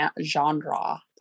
genre